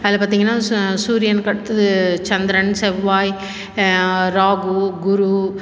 அதை பார்த்திங்கன்னா சு சூரியனுக்கு அடுத்தது சந்திரன் செவ்வாய் ராகு குரு